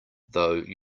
though